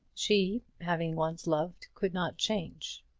she, having once loved, could not change.